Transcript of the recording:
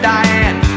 Diane